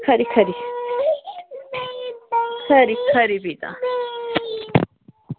खरी खरी खरी खरी भी तां